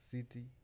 City